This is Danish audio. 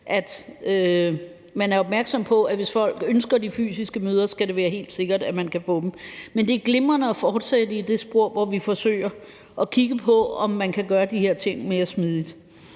at man er opmærksom på, at hvis folk ønsker de fysiske møder, skal det være helt sikkert, at man kan få dem. Men det er glimrende at fortsætte i det spor, hvor vi forsøger at kigge på, om man kan gøre de her ting mere smidigt.